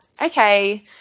okay